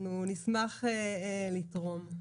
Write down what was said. אנחנו נשמח לתרום.